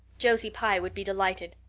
josie pye would be delighted.